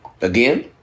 Again